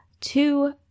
two